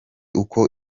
uko